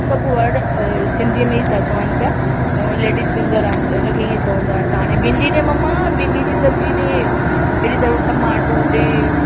सभु वर्ड सिंधीअ में ई था चवनि पिया लेडीस फिंगर आहे त उन खे ईअं चवंदा हुया हाणे भिंडी ॾे मम्मा भींडी जी सबिज़ी ॾे अहिड़ी तरह टमाटो ॾे